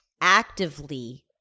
actively –